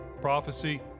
prophecy